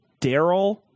Daryl